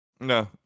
No